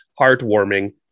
heartwarming